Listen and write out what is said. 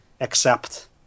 accept